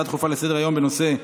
נעבור להצעות לסדר-היום בנושא: